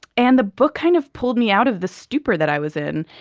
and the book kind of pulled me out of the stupor that i was in.